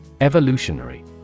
Evolutionary